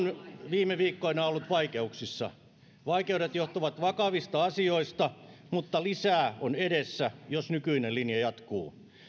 viime viikkoina ollut vaikeuksissa vaikeudet johtuvat vakavista asioista mutta lisää on edessä jos nykyinen linja jatkuu